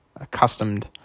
accustomed